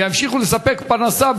ימשיכו לספק פרנסה,